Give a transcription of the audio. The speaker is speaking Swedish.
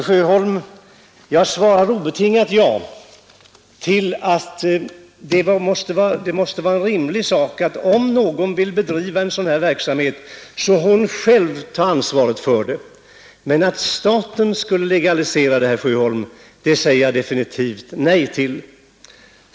Herr talman! Jag säger obetingat att om någon vill driva en sådan här verksamhet får hon själv ta ansvaret. Men att staten legaliserar denna verksamhet säger jag definitivt nej till.